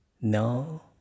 no